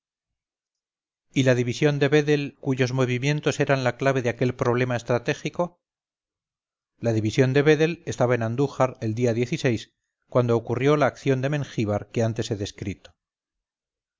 y la división de vedel cuyos movimientos eran la clave de aquel problema estratégico la división de vedel estaba en andújar el día cuando ocurrió la acción de mengíbar que antes he descrito